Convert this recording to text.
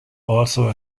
also